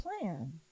plan